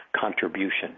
contribution